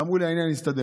אמרו לי: העניין הסתדר.